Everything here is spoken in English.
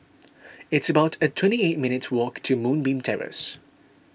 it's about a twenty eight minutes' walk to Moonbeam Terrace